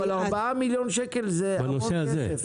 אבל ארבעה מיליון שקל זה המון כסף.